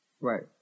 Right